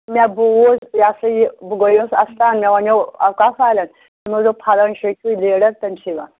مےٚ بوٗز یہِ ہَسا یہِ بہٕ گٔیوس اَستان مےٚ وَنیو اوقاف والٮ۪ن تِمو دوٚپ پھلٲنۍ جاے چھُو ڈیٖلَر تٔمۍ سٕے وَن